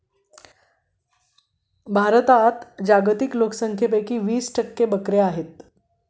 भारतातील जागतिक लोकसंख्येपैकी वीस टक्के बकऱ्या आहेत